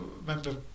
remember